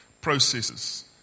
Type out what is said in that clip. processes